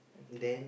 okay